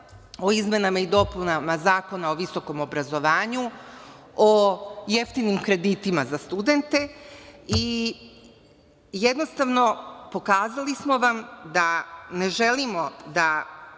o izmenama i dopunama Zakona o visokom obrazovanju, o jeftinim kreditima za studente i jednostavno pokazali smo vam da vam nismo